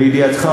לידיעתך,